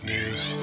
News